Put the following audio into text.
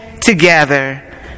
together